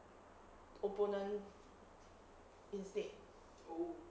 opponent instead